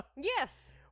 Yes